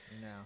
No